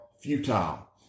futile